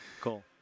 cool